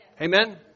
Amen